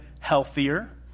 healthier